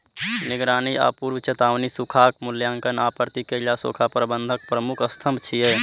निगरानी आ पूर्व चेतावनी, सूखाक मूल्यांकन आ प्रतिक्रिया सूखा प्रबंधनक प्रमुख स्तंभ छियै